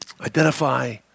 Identify